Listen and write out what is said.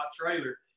trailer